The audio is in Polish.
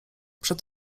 przed